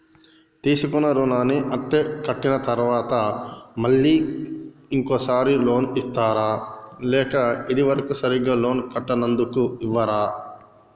తీసుకున్న రుణాన్ని అత్తే కట్టిన తరువాత మళ్ళా ఇంకో సారి లోన్ ఇస్తారా లేక ఇది వరకు సరిగ్గా లోన్ కట్టనందుకు ఇవ్వరా?